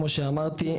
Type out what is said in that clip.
כמו שאמרתי,